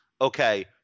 Okay